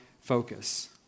focus